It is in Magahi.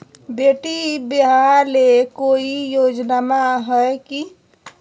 बेटी ब्याह ले कोई योजनमा हय की?